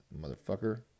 motherfucker